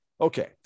okay